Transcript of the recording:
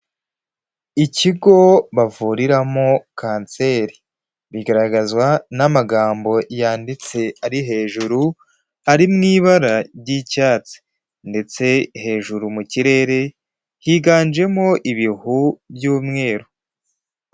Ikigo bavuriramo kanseri. Bigaragazwa n'amagambo yanditse ari hejuru, ari mu ibara ry'icyatsi ndetse hejuru mu kirere higanjemo ibihu by'umweru.